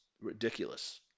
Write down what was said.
ridiculous